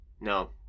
no